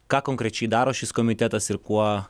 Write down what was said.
ką konkrečiai daro šis komitetas ir kuo